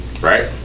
right